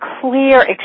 clear